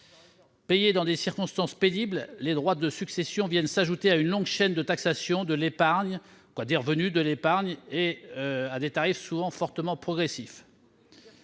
dans des circonstances pénibles, les droits de succession viennent s'ajouter à une longue chaîne de taxation des revenus de l'épargne, selon des tarifs souvent fortement progressifs.